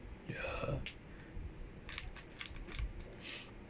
ya